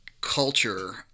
Culture